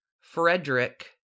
Frederick